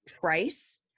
price